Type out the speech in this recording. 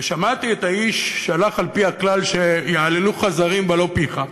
שמעתי את האיש שהלך על-פי הכלל של יהללוך זרים ולא פיך,